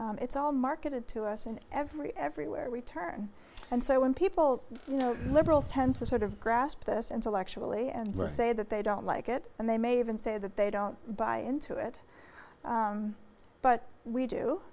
day it's all marketed to us and every everywhere we turn and so when people you know liberals tend to sort of grasp this intellectually and say that they don't like it and they may even say that they don't buy into it but we do